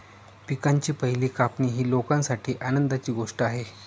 पिकांची पहिली कापणी ही लोकांसाठी आनंदाची गोष्ट आहे